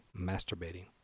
Masturbating